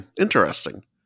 Interesting